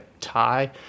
tie